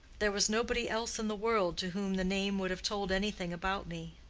there was nobody else in the world to whom the name would have told anything about me.